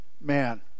man